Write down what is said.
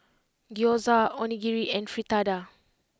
Gyoza Onigiri and Fritada